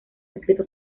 escritos